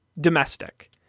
domestic